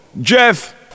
Jeff